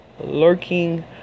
Lurking